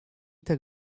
tak